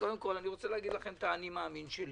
קודם כל אני רוצה להגיד לכם את ה"אני מאמין שלי".